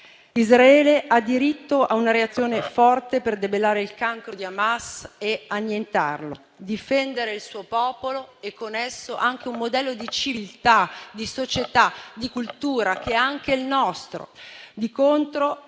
Israele ha diritto a una reazione forte per debellare il cancro di Hamas e annientarlo. Ha diritto di difendere il suo popolo e con esso anche un modello di civiltà, di società, di cultura che è anche il nostro. Di contro,